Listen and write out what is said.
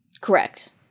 Correct